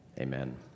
Amen